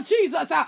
Jesus